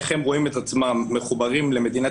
איך הם רואים את עצמם מחוברים למדינת